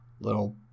little